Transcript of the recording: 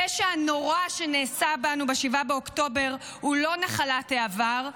הפשע הנורא שנעשה בנו ב-7 באוקטובר הוא לא נחלת העבר,